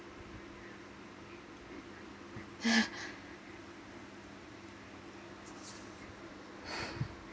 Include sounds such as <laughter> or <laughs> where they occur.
<laughs>